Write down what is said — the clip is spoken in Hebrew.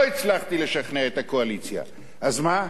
לא הצלחתי לשכנע את הקואליציה, אז מה?